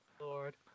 Lord